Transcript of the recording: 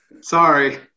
Sorry